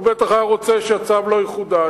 הוא בטח היה רוצה שהצו לא יחודש,